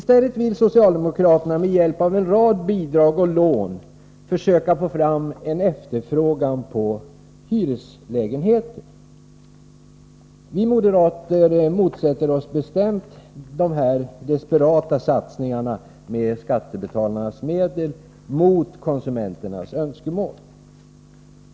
Socialdemokraterna vill i stället med hjälp av en rad bidrag och lån försöka få fram en efterfrågan på hyreslägenheter. Vi moderater motsätter oss bestämt dessa desperata satsningar med skattebetalarnas medel mot konsumenternas önskemål.